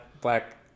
black